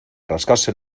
rascarse